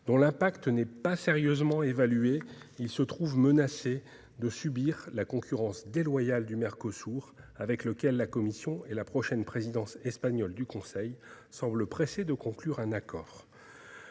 dont l'impact n'est pas sérieusement évalué, ils se trouvent menacés de subir la concurrence déloyale du Mercosur, avec lequel la Commission européenne et la prochaine présidence espagnole du Conseil semblent pressées de conclure un accord.